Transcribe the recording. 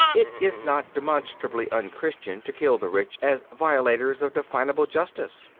it is not demonstrably un-christian to kill the rich as violators of definable justice.